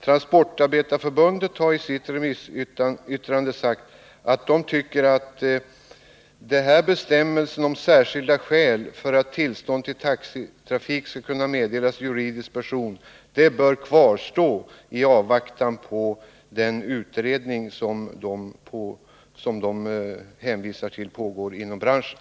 Transportarbetareförbundet har i sitt remissyttrande sagt att bestämmelsen om särskilda skäl för att tillstånd till taxitrafik skall kunna meddelas juridisk person bör kvarstå i avvaktan på den utredning som man hänvisar till pågår inom branschen.